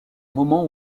moment